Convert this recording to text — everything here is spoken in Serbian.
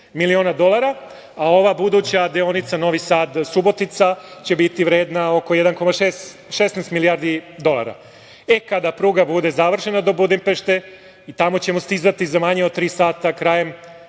miliona dolara, a ova buduća deonica Novi Sad – Subotica će biti vredna oko 16 milijardi dolara. Kada pruga bude završena do Budimpešte i tamo ćemo stizati za manje od tri sata krajem